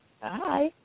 Hi